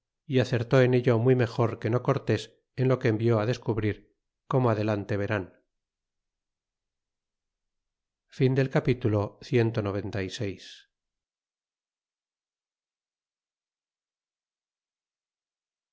é acertó en ello muy mejor que no cortés en lo que envió descubrir como adelante verán capitulo cxcvii